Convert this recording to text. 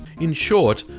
in short,